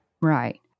Right